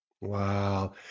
Wow